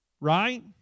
right